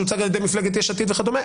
שהוצג על ידי מפלגת יש עתיד וכדומה,